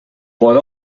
por